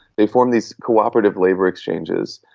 they form these cooperative labour exchanges,